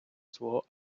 свого